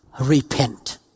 repent